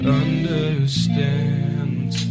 understand